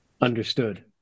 Understood